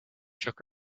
shook